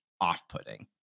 off-putting